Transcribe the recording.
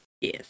Yes